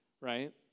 right